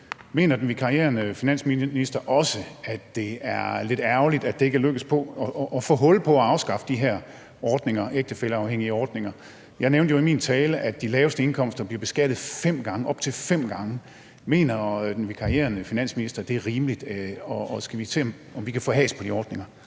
Mener den vikarierende finansminister også, at det er lidt ærgerligt, at det ikke er lykkedes at få hul på at afskaffe de her ægtefælleafhængige ordninger? Jeg nævnte jo i min tale, at de laveste indkomster bliver beskattet op til fem gange. Mener den vikarierende finansminister, at det er rimeligt, og skal vi ikke se, om vi kan få has på de ordninger?